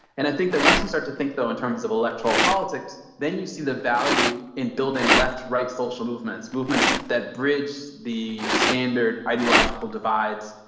and i think that once you start to think though in terms of electoral politics, then you see the value in building left right social movements, movements that bridge the standard ideological divides,